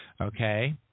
Okay